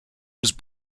was